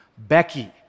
Becky